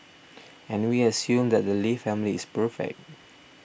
and we assume that the Lee family is perfect